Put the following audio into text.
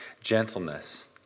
gentleness